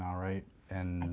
now right and